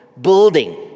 building